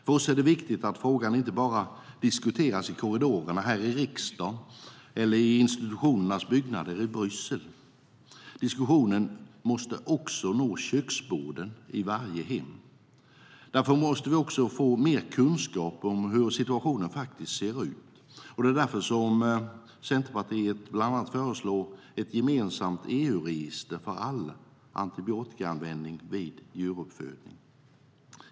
För oss är det viktigt att frågan inte bara diskuteras i korridorerna här i riksdagen eller i institutionernas byggnader i Bryssel. Diskussionen måste också nå köksborden i varje hem. Därför måste vi få mer kunskap om hur situationen faktiskt ser ut. Det är därför som Centerpartiet bland annat föreslår ett gemensamt EU-register för all antibiotikaanvändning vid djuruppfödning.